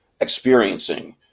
experiencing